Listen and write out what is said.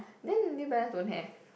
then New Balance don't have